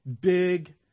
big